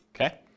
okay